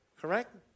correct